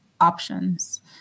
options